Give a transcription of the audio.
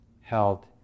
held